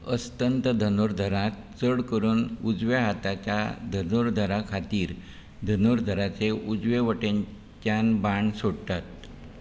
अस्तंत धनुर्धरांत चड करून उजव्या हाताच्या धनुर्धरा खातीर धनुर्धराचे उजवे वटेच्यान बाण सोडटात